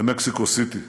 במקסיקו סיטי.